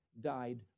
died